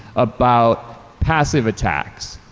about passive attacks.